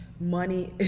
money